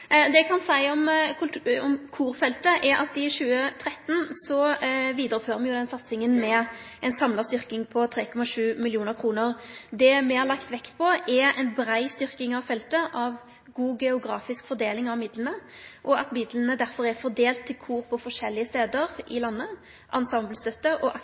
seie om korfeltet, er at i 2013 vidarefører me satsinga med ei samla styrking på 3,7 mill. kr. Det me har lagt vekt på, er ei brei styrking av feltet med god geografisk fordeling av midlane, og at midlane derfor er fordelte til kor på forskjellige stader i landet – både ensemblestøtte og